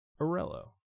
Arello